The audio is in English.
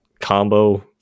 combo